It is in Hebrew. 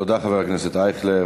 תודה לחבר הכנסת אייכלר.